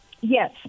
Yes